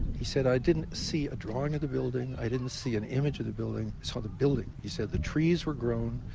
he said, i didn't see a drawing of the building. i didn't see an image of the building. i saw the building. he said, the trees were grown.